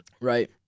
Right